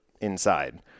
inside